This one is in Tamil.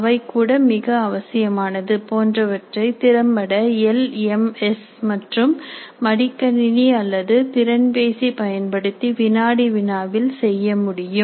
அவை கூட மிக அவசியமானது போன்றவற்றை திறம்பட எல் எம் எஸ் மற்றும் மடிக்கணணி அல்லது திறன்பேசி பயன்படுத்தி வினாடி வினாவில் செய்ய முடியும்